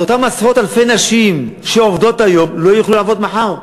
אז אותן עשרות אלפי נשים שעובדות היום לא יוכלו לעבוד מחר.